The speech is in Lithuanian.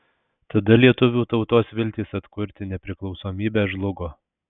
tada lietuvių tautos viltys atkurti nepriklausomybę žlugo